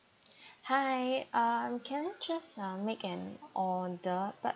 hi uh can I just uh make an order but